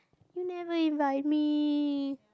you never invite me